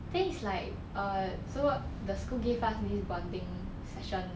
then he's like err so the school gave us this bonding session